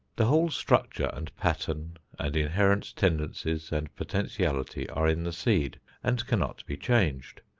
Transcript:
the whole structure and pattern and inherent tendencies and potentiality are in the seed and cannot be changed.